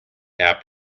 app